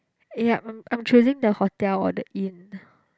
yup I'm I'm choosing the hotel or the inn